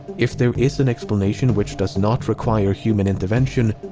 if there is an explanation which does not require human intervention,